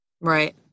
Right